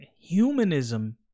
humanism